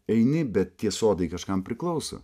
eini bet tie sodai kažkam priklauso